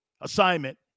assignment